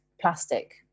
plastic